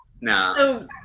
no